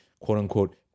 quote-unquote